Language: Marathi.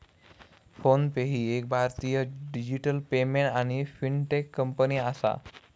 फोन पे ही एक भारतीय डिजिटल पेमेंट आणि फिनटेक कंपनी आसा